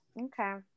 Okay